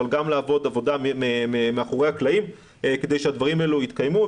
אבל גם לעבוד עבודה מאחורי הקלעים כדי שהדברים האלה יתקיימו.